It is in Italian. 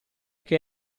che